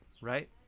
right